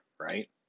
right